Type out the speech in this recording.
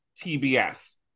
TBS